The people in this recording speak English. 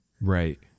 Right